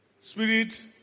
Spirit